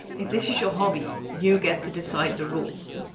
if this is your hobby you get to decide the rules.